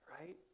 right